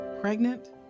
Pregnant